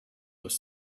was